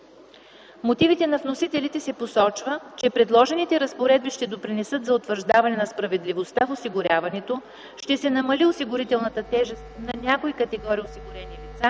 мотивите на вносителите се посочва, че предложените разпоредби ще допринесат за утвърждаване на справедливостта в осигуряването, ще се намали осигурителната тежест за някои категории осигурени лица,